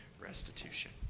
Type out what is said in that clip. restitution